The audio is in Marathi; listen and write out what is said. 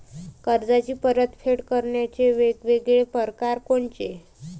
कर्जाची परतफेड करण्याचे वेगवेगळ परकार कोनचे?